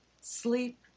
sleep